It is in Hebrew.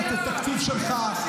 כמה כל תקציב החינוך?